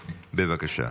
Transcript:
בבקשה.